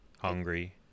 hungry